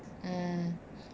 um